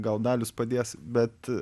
gal dalius padės bet